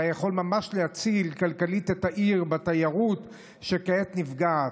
זה היה יכול ממש להציל כלכלית את העיר בתיירות שכעת נפגעת.